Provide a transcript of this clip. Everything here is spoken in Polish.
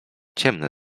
ciemne